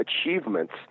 achievements